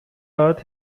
earth